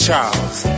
Charles